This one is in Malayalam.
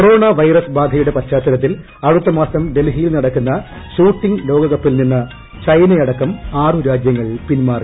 കൊറോണ വൈറസ് ബാധയുടെ പശ്ചാത്തലത്തിൽ അടുത്തമാസം ഡൽഹിയിൽ നടക്കുന്ന ഷൂട്ടിംഗ് ലോകകപ്പിൽ നിന്ന് ചൈന അടക്കം ആറു രാജ്യങ്ങൾ പിന്മാറി